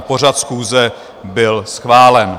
Pořad schůze byl schválen.